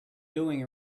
doing